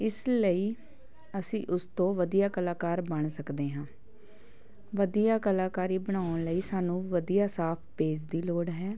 ਇਸ ਲਈ ਅਸੀਂ ਉਸ ਤੋਂ ਵਧੀਆ ਕਲਾਕਾਰ ਬਣ ਸਕਦੇ ਹਾਂ ਵਧੀਆ ਕਲਾਕਾਰੀ ਬਣਾਉਣ ਲਈ ਸਾਨੂੰ ਵਧੀਆ ਸਾਫ ਪੇਜ ਦੀ ਲੋੜ ਹੈ